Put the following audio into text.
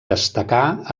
destacà